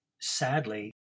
sadly